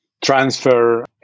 transfer